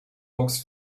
box